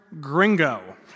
gringo